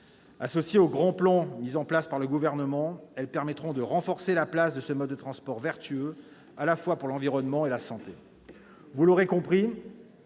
Associées au grand plan mis en place par le Gouvernement, elles permettront de renforcer la place de ce mode de transport vertueux, à la fois pour l'environnement et pour la santé. Vous l'aurez compris,